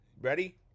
Ready